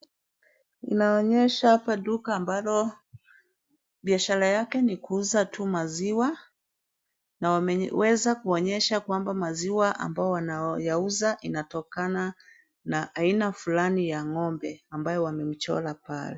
Inaonyesha hapa duka amabalo biashara yake ni kuuza tu maziwa na wameweza kuonyesha kwamba maziwa ambao wanayauza inatokana na aina fulani ya ng'ombe ambayo wamemchora pale.